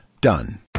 done